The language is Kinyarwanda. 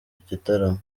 igitaramo